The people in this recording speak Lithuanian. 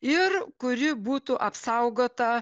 ir kuri būtų apsaugota